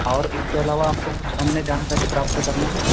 और इसके अलावा आपको कुछ अन्य जानकारी प्राप्त करना है